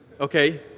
okay